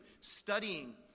studying